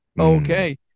okay